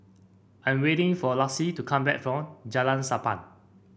I am waiting for Lacie to come back from Jalan Sappan